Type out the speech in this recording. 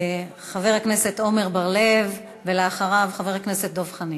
חבר הכנסת עמר בר-לב, ולאחריו, חבר הכנסת דב חנין.